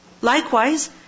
Likewise